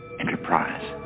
Enterprise